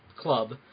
club